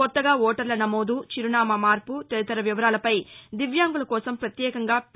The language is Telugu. కొత్తగా ఓటర్ల నమోదు చిరునామా మార్పు తదితర వివరాలపై దివ్యాంగుల కోసం పత్యేకంగా పి